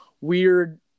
weird